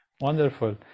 Wonderful